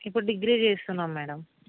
ఇప్పుడు డిగ్రీ చేస్తున్నాం మ్యాడం